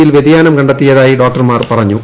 യിൽ വൃതിയാനം കണ്ടെത്തിയതായി ഡോക്ടർമാർ പറഞ്ഞു